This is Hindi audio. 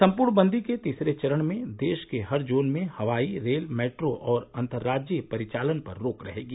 संपर्ण बंदी के तीसरे चरण में देश के हर जोन में हवाई रेल मेट्रो और अंतर्राजीय परिचालन पर रोक रहेगी